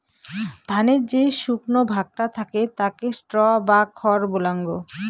ধানের যে শুকনো ভাগটা থাকে তাকে স্ট্র বা খড় বলাঙ্গ